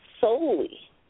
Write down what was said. solely